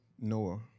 Noah